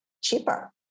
cheaper